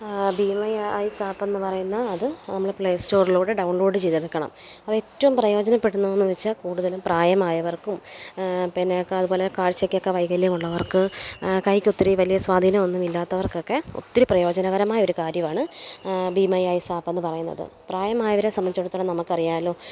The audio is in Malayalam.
ബി മൈ ഐസാപ്പെന്ന് പറയുന്ന അത് നമ്മൾ പ്ലേ സ്റ്റോറിലൂടെ ഡൗൺലോഡ് ചെയ്തെടുക്കണം അത് ഏറ്റവും പ്രയോജനപ്പെടുന്നതെന്ന് വെച്ചാൽ കൂടുതലും പ്രായമായവർക്കും പിന്നേക്കെ അത്പോലെ കാഴ്ചക്കൊക്കെ വൈകല്യമുള്ളവർക്ക് കൈക്ക് ഒത്തിരി വലിയ സ്വാധീനം ഒന്നുമില്ലാത്തവർക്കൊക്കെ ഒത്തിരി പ്രയോജനകരമായ ഒരു കാര്യവാണ് ബി മൈ ഐസാപ്പെന്ന് പറയുന്നത് പ്രായമായവരെ സംബന്ധിച്ചിടത്തോളം നമുക്കറിയാലോ